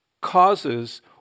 causes